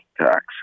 tax